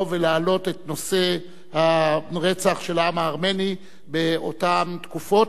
ולהעלות את נושא הרצח של העם הארמני באותן תקופות,